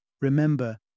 Remember